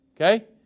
Okay